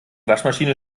waschmaschine